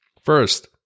First